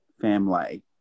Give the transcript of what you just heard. family